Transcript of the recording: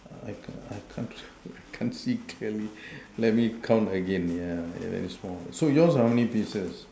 I can't I can't I can't see clearly let me count again ya very small so yours is how many pieces